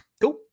Cool